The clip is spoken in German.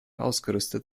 ausgerüstet